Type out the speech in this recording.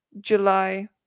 July